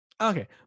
Okay